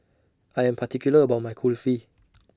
I Am particular about My Kulfi